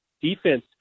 defense